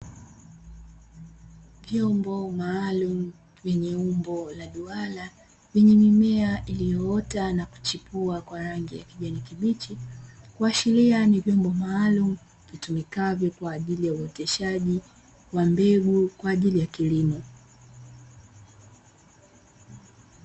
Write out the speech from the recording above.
Vyombo maalumu vyenye umbo ya duara vyenye mimea iliyoota na kuchipua kwa rangi ya kijani kibichi, ikiashiria ni vyombo maalumu vitumikavyo kwa ajili ya uoteshaji wa mbegu kwa ajili ya kilimo.